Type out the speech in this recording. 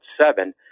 seven